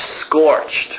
scorched